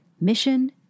mission